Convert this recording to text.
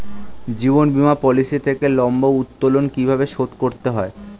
জীবন বীমা পলিসি থেকে লম্বা উত্তোলন কিভাবে শোধ করতে হয়?